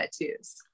tattoos